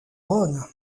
rhône